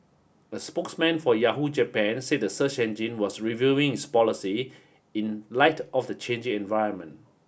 a spokesman for Yahoo Japan said the search engine was reviewing its policy in light of the changing environment